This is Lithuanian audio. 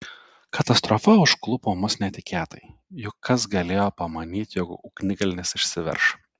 katastrofa užklupo mus netikėtai juk kas galėjo pamanyti jog ugnikalnis išsiverš